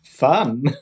fun